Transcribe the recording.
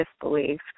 disbelief